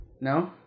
No